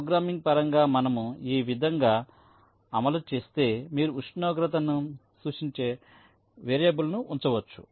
programming పరంగా మనము ఈ విధంగా అమలు చేస్తే మీరు ఉష్ణోగ్రతను సూచించే వేరియబుల్ను ఉంచవచ్చు